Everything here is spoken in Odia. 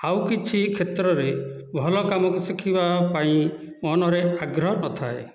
ଆଉ କିଛ କ୍ଷେତ୍ରରେ ଭଲ କାମକୁ ଶିଖିବା ପାଇଁ ମନରେ ଆଗ୍ରହ ନ ଥାଏ